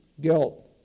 Guilt